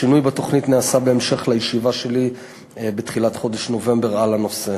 השינוי בתוכנית נעשה בהמשך לישיבה שלי בתחילת חודש נובמבר על הנושא.